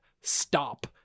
stop